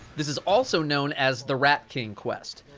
this is also known as the rat king quest.